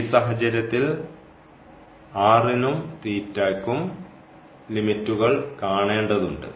ഈ സാഹചര്യത്തിൽ നും യ്ക്കും ലിമിറ്റ്കൾ കാണേണ്ടതുണ്ട്